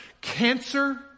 cancer